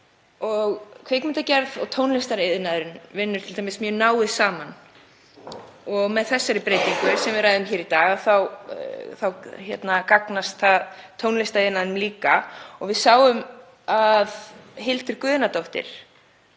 Kvikmyndagerð og tónlistariðnaðurinn vinna t.d. mjög náið saman og þessi breyting sem við ræðum hér í dag gagnast tónlistariðnaðinum líka. Við sjáum að Hildur Guðnadóttir